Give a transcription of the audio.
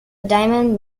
diamond